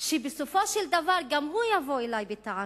שבסופו של דבר הוא גם יבוא אלי בטענות,